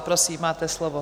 Prosím, máte slovo.